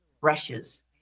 brushes